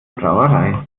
brauerei